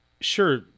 sure